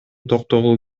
токтогул